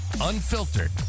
unfiltered